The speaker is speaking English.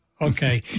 Okay